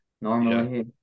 normally